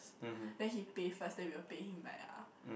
then he pay first then we will pay him back ah